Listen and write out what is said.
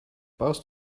baust